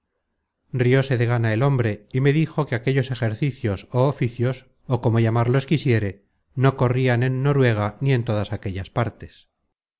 rióse de gana el hombre y me dijo que aquellos ejercicios ó oficios ó como llamarlos quisiere no corrian en noruega ni en todas aquellas partes